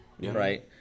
Right